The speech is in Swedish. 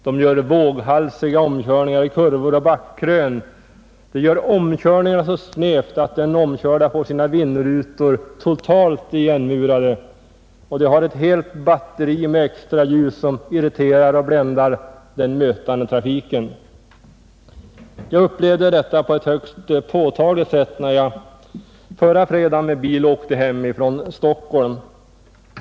De gör våghalsiga omkörningar i kurvor och backkrön, de gör omkörningar så snävt att den omkörde får sin vindruta totalt igenmurad, och de har ett helt batteri med extraljus som irriterar och bländar den mötande trafiken. Jag upplevde detta på ett högst påtagligt sätt när jag förra fredagen med bil åkte hem från Stockholm.